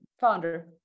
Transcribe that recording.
founder